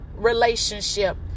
relationship